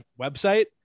website